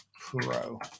Pro